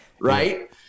right